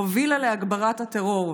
הובילה להגברת הטרור,